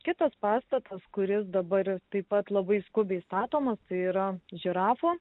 kitas pastatas kuris dabar ir taip pat labai skubiai statomas tai yra žirafų